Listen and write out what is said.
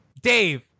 Dave